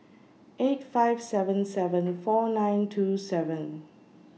eight five seven seven four nine two seven